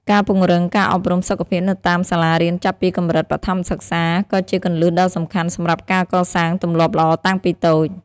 ការពង្រឹងការអប់រំសុខភាពនៅតាមសាលារៀនចាប់ពីកម្រិតបឋមសិក្សាក៏ជាគន្លឹះដ៏សំខាន់សម្រាប់ការកសាងទម្លាប់ល្អតាំងពីតូច។